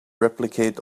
replicate